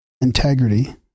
integrity